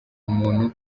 umuntu